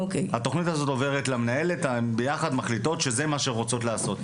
התוכנית הזו עוברת למנהלת ביחד מחליטות שזה מה שרוצות לעשות.